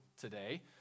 today